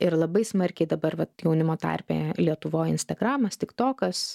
ir labai smarkiai dabar vat jaunimo tarpe lietuvoj instagramas tiktokas